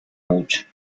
mucho